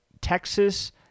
Texas